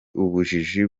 ubujiji